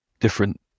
different